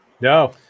No